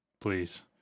Please